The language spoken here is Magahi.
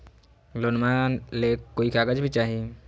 लोनमा ले कोई कागज भी चाही?